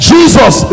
Jesus